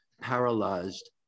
paralyzed